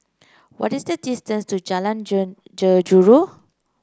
what is the distance to Jalan Jeruju